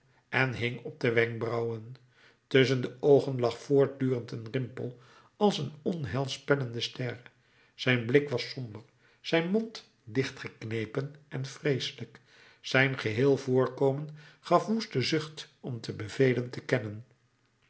en hing op de wenkbrauwen tusschen de oogen lag voortdurend een rimpel als een onheilspellende ster zijn blik was somber zijn mond dichtgenepen en vreeselijk zijn geheel voorkomen gaf woeste zucht om te bevelen te kennen